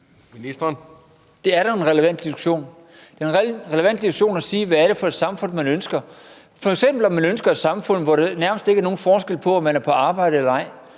Det er da en relevant diskussion. Det er en relevant diskussion at spørge, hvad det er for et samfund, man ønsker, om man f.eks. ønsker et samfund, hvor der nærmest ikke er nogen forskel på, om man er på arbejde eller ej.